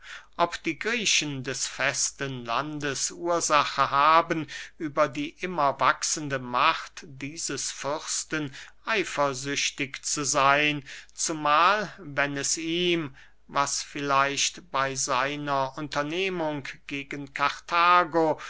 ob die griechen des festen landes ursache haben über die immer wachsende macht dieses fürsten eifersüchtig zu seyn zumahl wenn es ihm was vielleicht bey seiner unternehmung gegen karthago